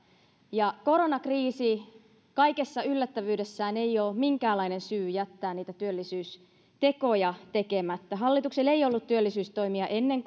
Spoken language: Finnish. ja koronakriisi kaikessa yllättävyydessään ei ole minkäänlainen syy jättää niitä työllisyystekoja tekemättä hallituksella ei ollut työllisyystoimia ennen